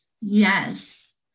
Yes